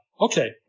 Okay